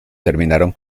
terminaron